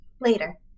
Later